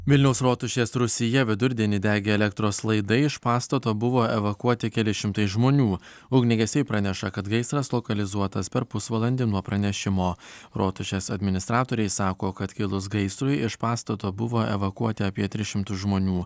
vilniaus rotušės rūsyje vidurdienį degė elektros laidai iš pastato buvo evakuoti keli šimtai žmonių ugniagesiai praneša kad gaisras lokalizuotas per pusvalandį nuo pranešimo rotušės administratoriai sako kad kilus gaisrui iš pastato buvo evakuoti apie tris šimtus žmonių